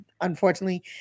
unfortunately